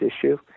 issue